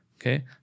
Okay